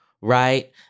right